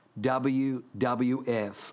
WWF